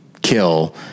kill